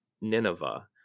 Nineveh